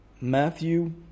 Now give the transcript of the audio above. Matthew